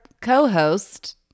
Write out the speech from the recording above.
co-host